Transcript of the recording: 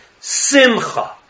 Simcha